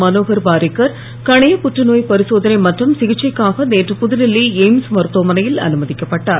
மனோகர் பாரிக்கர் கணையப் புற்றுநோய் பரிசோதனை மற்றும் சிகிச்சைக்காக நேற்று புதுடில்லி எய்ம்ஸ் மருத்துவமனையில் அனுமதிக்கப்பட்டார்